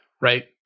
Right